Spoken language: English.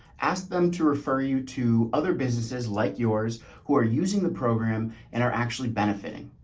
ask them to refer you to other businesses like yours who are using the program and are actually benefiting.